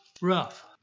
rough